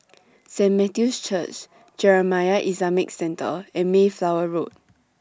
Saint Matthew's Church Jamiyah Islamic Centre and Mayflower Road